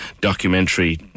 documentary